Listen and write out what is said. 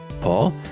Paul